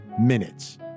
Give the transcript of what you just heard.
minutes